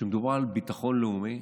מדובר על ביטחון לאומי.